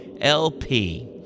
LP